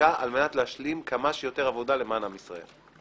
חקיקה על מנת להשלים כמה שיותר עבודה למען עם ישראל.